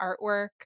artwork